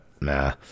nah